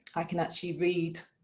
i can actually read